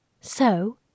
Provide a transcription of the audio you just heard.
So